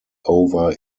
over